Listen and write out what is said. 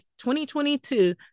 2022